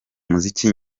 umuziki